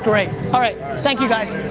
great. all right. thank you guys. bye.